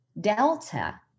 delta